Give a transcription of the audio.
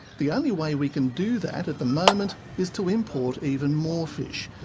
the only way we can do that at the moment is to import even more fish.